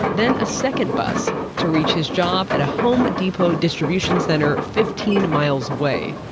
then a second bus to reach his job at a home depot distribution center fifteen miles away.